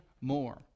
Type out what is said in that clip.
more